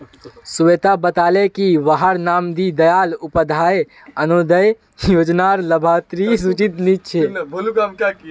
स्वेता बताले की वहार नाम दीं दयाल उपाध्याय अन्तोदय योज्नार लाभार्तिर सूचित नी छे